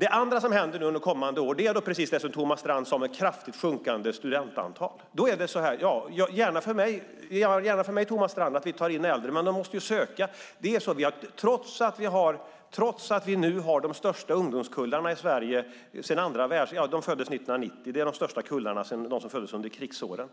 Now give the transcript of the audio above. Det andra som händer under kommande år är precis det som Thomas Strand sade, det vill säga att vi får ett kraftigt sjunkande studentantal. Gärna för mig, Thomas Strand, att vi ska ta in äldre, men de måste ju söka. De som föddes 1990 är den största ungdomskullen i Sverige sedan de som föddes under krigsåren.